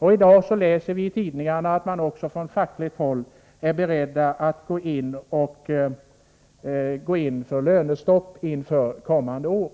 I dag kan vi läsa i tidningarna att man från fackligt håll är beredd att gå in för lönestopp inför kommande år.